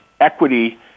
equity